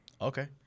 Okay